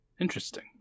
Interesting